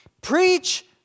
Preach